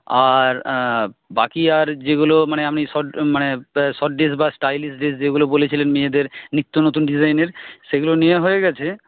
আর বাকি আর যেগুলো মানে আপনি শর্ট মানে শর্ট ড্রেস বা স্টাইলিশ ড্রেস যেগুলো বলেছিলেন মেয়েদের নিত্যনতুন ডিজাইনের সেগুলো নেওয়া হয়ে গেছে